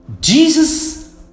Jesus